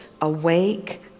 awake